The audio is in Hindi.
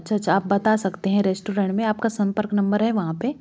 अच्छा अच्छा आप बता सकते हैं रेस्टोरेंट में आपका संपर्क नंबर है वहाँ पे